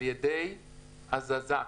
על ידי הזזה.